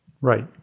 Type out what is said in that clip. Right